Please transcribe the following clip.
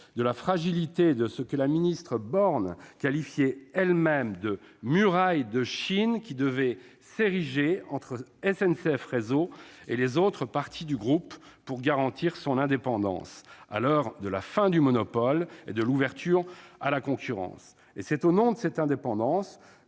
de la fragilité de ce que la ministre Élisabeth Borne qualifiait elle-même de « muraille de Chine » qui devait s'ériger entre SNCF Réseau et les autres parties du groupe pour garantir son indépendance à l'heure de la fin du monopole et de l'ouverture à la concurrence. C'est au nom de cette indépendance